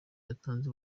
yatanze